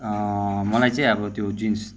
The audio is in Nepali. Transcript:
मलाई चाहिँ अब त्यो जिन्स